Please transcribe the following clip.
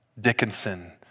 Dickinson